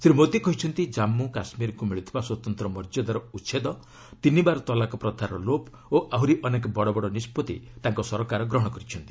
ଶ୍ରୀ ମୋଦି କହିଛନ୍ତି ଜଜ୍ଞୁ କାଶ୍କୀରକୁ ମିଳୁଥିବା ସ୍ୱତନ୍ତ୍ର ମର୍ଯ୍ୟାଦାର ଉଚ୍ଛେଦ ତିନିବାର ତଲାକ ପ୍ରଥାର ଲୋପ ଓ ଆହୁରି ଅନେକ ବଡ଼ ବଡ଼ ନିଷ୍ପଭି ତାଙ୍କ ସରକାର ଗ୍ରହଣ କରିଛନ୍ତି